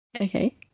Okay